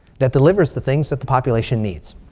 that delivers the things that the population needs.